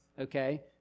okay